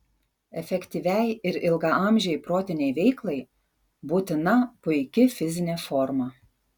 efektyviai ir ilgaamžei protinei veiklai būtina puiki fizinė forma